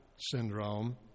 syndrome